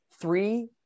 three